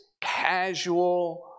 casual